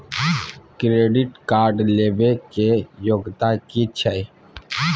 Credit card लेबै के योग्यता कि छै?